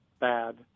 bad